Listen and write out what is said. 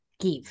give